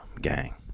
Gang